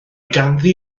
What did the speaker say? ganddi